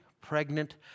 pregnant